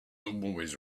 always